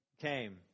came